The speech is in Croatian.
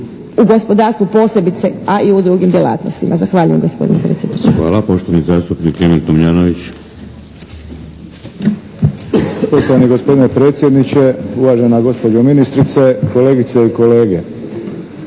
u gospodarstvu posebice a i u drugim djelatnostima. Zahvaljujem gospodine predsjedniče. **Šeks, Vladimir (HDZ)** Hvala. Poštovani zastupnik Emil Tomljanović!